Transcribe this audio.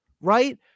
Right